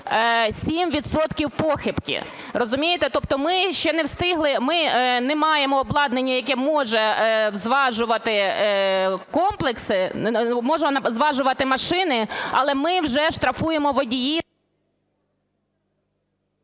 похибки. Розумієте, тобто ми ще не встигли… ми не маємо обладнання, яке може зважувати комплекси, може зважувати машини, але ми вже штрафуємо водіїв…